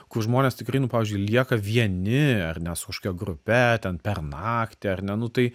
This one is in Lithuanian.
kur žmonės tikrai nu pavyzdžiui lieka vieni ar ne su kažkokia grupe ten per naktį ar ne nu tai